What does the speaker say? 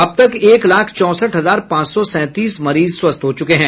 अब तक एक लाख चौंसठ हजार पांच सौ सैंतीस मरीज स्वस्थ हो चुके हैं